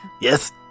Yes